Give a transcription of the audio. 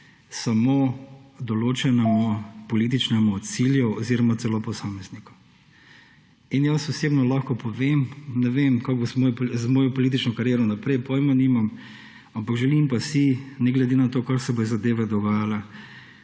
samo določenemu političnemu cilju oziroma celo posamezniku. Jaz osebno lahko povem, ne vem, kako bo z mojo politično kariero naprej, pojma nimam, ampak želim pa si, ne glede na to, kako se bodo zadeve dogajale,